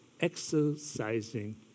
Exercising